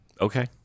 Okay